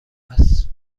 است